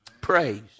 Praise